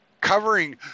Covering